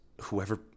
whoever